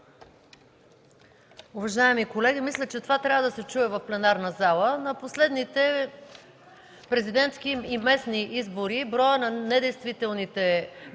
Уважаеми колеги, мисля, че това трябва да се чуе в пленарната зала. На последните президентски и местни избори броят на недействителните